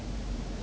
ya lah same ah